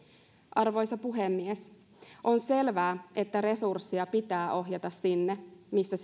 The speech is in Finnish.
arvoisa puhemies on selvää että resursseja pitää ohjata sinne missä